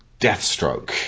Deathstroke